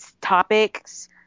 topics